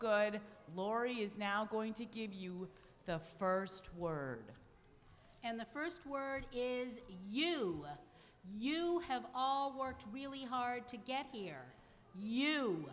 good laurie is now going to give you the first word and the first word is you you have all worked really hard to get here you